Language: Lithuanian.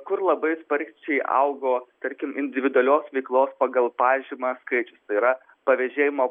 kur labai sparčiai augo tarkim individualios veiklos pagal pažymą skaičius tai yra pavėžėjimo